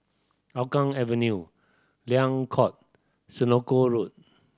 Hougang Avenue Liang Court Senoko Road